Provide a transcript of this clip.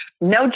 no